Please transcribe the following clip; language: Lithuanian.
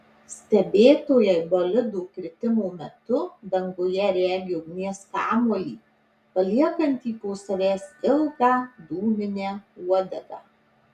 stebėtojai bolido kritimo metu danguje regi ugnies kamuolį paliekantį po savęs ilgą dūminę uodegą